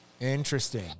Interesting